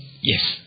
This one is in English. Yes